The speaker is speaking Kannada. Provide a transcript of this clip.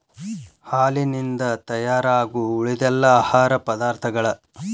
ಹಾಲಿನಿಂದ ತಯಾರಾಗು ಉಳಿದೆಲ್ಲಾ ಆಹಾರ ಪದಾರ್ಥಗಳ